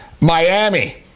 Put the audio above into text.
Miami